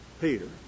Peter